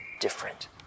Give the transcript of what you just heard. different